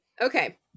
Okay